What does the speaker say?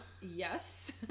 yes